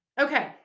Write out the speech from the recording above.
Okay